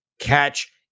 catch